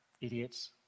idiots